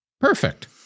Perfect